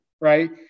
Right